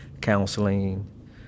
counseling